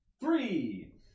Three